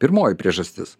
pirmoji priežastis